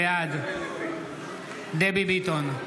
בעד דבי ביטון,